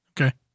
Okay